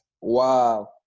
Wow